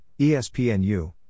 ESPNU